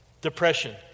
depression